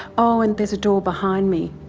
oh and there's a door behind me.